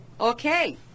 Okay